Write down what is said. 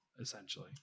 essentially